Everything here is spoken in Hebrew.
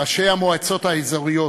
ראשי המועצות האזוריות,